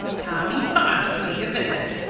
tommy fox made a visit.